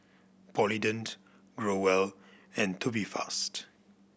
Polident Growell and Tubifast